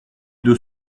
deux